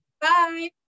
Bye